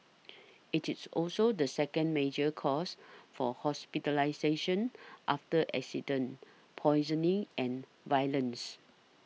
it is also the second major cause for hospitalisation after accidents poisoning and violence